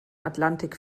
atlantik